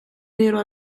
nero